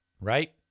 Right